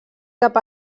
cap